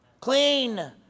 Clean